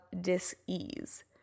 dis-ease